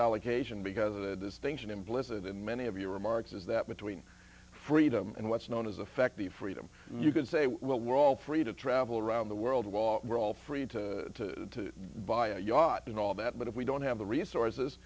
allocation because of the things that implicit in many of your remarks is that between freedom and what's known as effect the freedom you could say well we're all free to travel around the world wall we're all free to buy a yacht and all that but if we don't have the resources